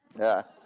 yeah,